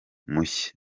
mushya